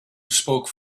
spoke